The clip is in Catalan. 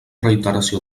reiteració